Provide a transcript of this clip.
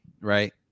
right